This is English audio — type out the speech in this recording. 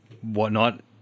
whatnot